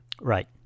Right